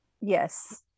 yes